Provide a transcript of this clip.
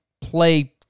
play